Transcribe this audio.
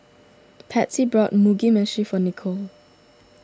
Patsy bought Mugi Meshi for Nichol